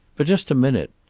but just a minute.